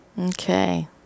Okay